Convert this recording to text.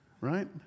right